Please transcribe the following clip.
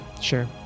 Sure